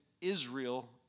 Israel